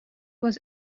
was